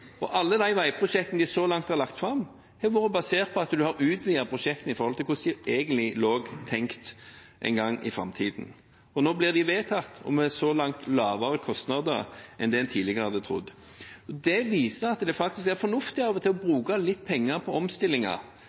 det. Alle de veiprosjektene vi så langt har lagt fram, har vært basert på at man har utvidet prosjektene i forhold til hvordan de egentlig lå tenkt en gang i framtiden. Nå blir de vedtatt, så langt med lavere kostnader enn det en tidligere hadde trodd. Det viser at det faktisk er fornuftig av og til å bruke litt penger på omstillinger,